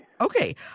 Okay